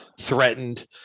threatened